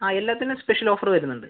അതെ എല്ലാത്തിനും special offer വരുന്നുണ്ട്